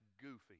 goofy